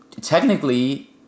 technically